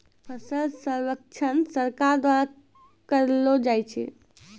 फसल सर्वेक्षण सरकार द्वारा करैलो जाय छै